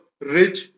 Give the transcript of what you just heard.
rich